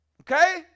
okay